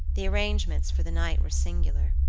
the arrangements for the night were singular.